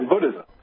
Buddhism